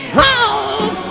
home